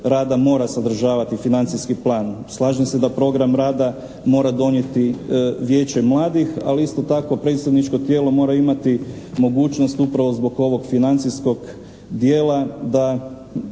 mora sadržavati financijski plan. Slažem se da program rada mora donijeti vijeće mladih ali isto tako predstavničko tijelo mora imati mogućnost upravo zbog ovog financijskog dijela da